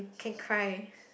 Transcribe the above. can cry